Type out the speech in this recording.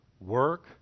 work